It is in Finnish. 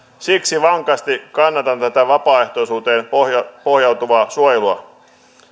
siksi vankasti kannatan tätä vapaaehtoisuuteen pohjautuvaa pohjautuvaa suojelua